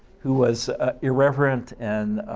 who was irreverent and